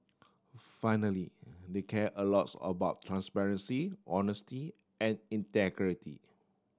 finally they care a lots about transparency honesty and integrity